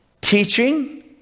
teaching